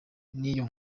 n’iyo